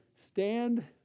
stand